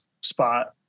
spot